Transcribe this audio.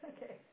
Okay